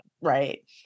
Right